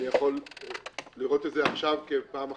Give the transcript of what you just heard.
אני יכול לראות את זה עכשיו כפעם אחת,